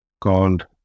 called